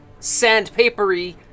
sandpapery